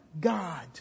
God